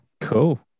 Cool